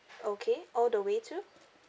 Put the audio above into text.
okay all the way to